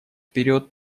вперед